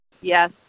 yes